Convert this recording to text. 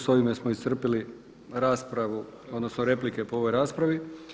S ovime smo iscrpili raspravu, odnosno replike po ovoj raspravi.